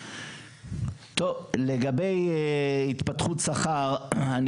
לגבי התפתחות שכר,